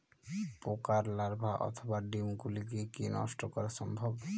পোকার লার্ভা অথবা ডিম গুলিকে কী নষ্ট করা সম্ভব?